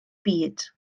byd